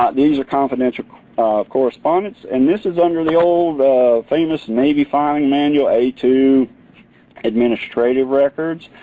ah these are confidential correspondence. and this is under the old famous navy filing manual, a two administrative records.